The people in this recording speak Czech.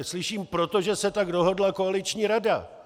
Slyším proto, že se tak dohodla koaliční rada.